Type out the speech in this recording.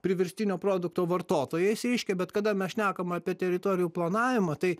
priverstinio produkto vartotojais reiškia bet kada mes šnekam apie teritorijų planavimą tai